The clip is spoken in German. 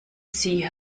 sie